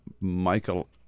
Michael